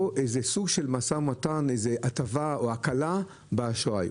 איזה סוג של משא ומתן, איזו הטבה, או הקלה באשראי.